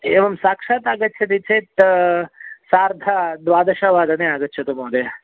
एवं साक्षात् आगच्छति चेत् सार्धद्वादशवादने आगच्छतु महोदय